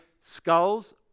skulls